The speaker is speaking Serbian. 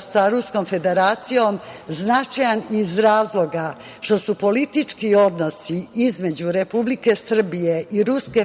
sa Ruskom Federacijom značajan iz razloga što su politički odnosi između Republike Srbije i Ruske Federacije